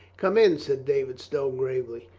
come in, said david stow gravely.